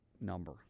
number